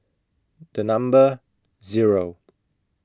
The Number Zero